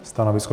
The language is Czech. Stanovisko?